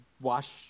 wash